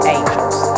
Angels